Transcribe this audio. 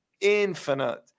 infinite